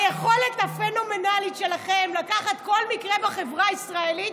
היכולת הפנומנלית שלכם לקחת כל מקרה בחברה הישראלית